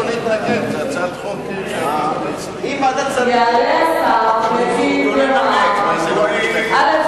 יעלה השר ויגיב ויאמר, א.